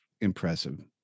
impressive